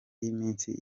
y’iminsi